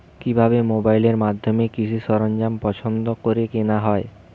কিভাবে মোবাইলের মাধ্যমে কৃষি সরঞ্জাম পছন্দ করে কেনা হয়?